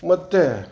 ಮತ್ತು